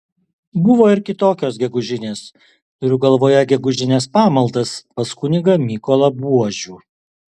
buvo ir kitokios gegužinės turiu galvoje gegužines pamaldas pas kunigą mykolą buožių